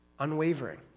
unwavering